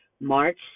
March